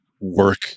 work